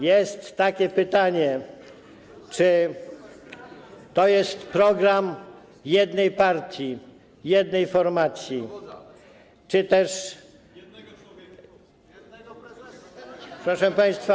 Jest takie pytanie, czy to jest program jednej partii, jednej formacji, czy też proszę państwa.